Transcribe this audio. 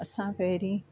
असां पहिरीं